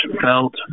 felt